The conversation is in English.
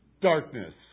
Darkness